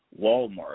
Walmart